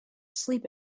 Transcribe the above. sleep